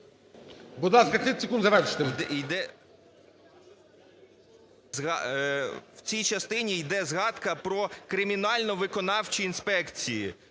в цій частині йде згадка про кримінально-виконавчі інспекції.